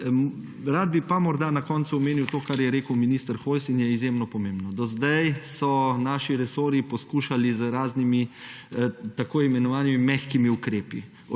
Rad bi pa morda na koncu omenil to, kar je rekel minister Hojs in je izjemno pomembno. Do zdaj so naši resorji poskušali z raznimi tako imenovanimi mehkimi ukrepi.